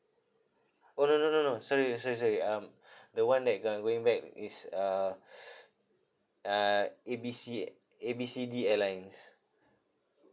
oh no no no no sorry ah sorry sorry um the one that go~ going back is uh uh A B C A B C D airlines